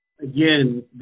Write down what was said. again